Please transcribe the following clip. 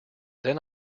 then